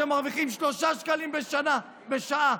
שמרוויחים 3 שקלים בשעה,